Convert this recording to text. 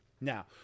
Now